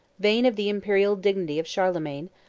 vain of the imperial dignity of charlemagne,